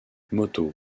moto